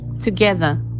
together